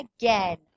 again